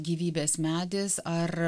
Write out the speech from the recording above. gyvybės medis ar